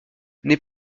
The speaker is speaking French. n’est